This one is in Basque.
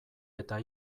eta